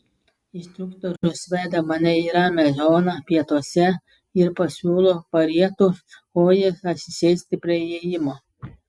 instruktorius veda mane į ramią zoną pietuose ir pasiūlo parietus kojas atsisėsti prie įėjimo